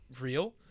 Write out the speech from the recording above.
real